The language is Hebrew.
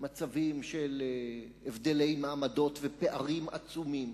מצבים של הבדלי מעמדות ופערים עצומים,